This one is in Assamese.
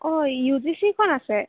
অঁ ইউজিচিখন আছে